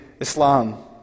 Islam